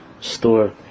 store